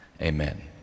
Amen